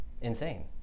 insane